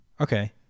Okay